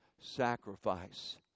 sacrifice